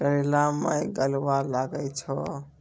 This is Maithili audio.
करेला मैं गलवा लागे छ?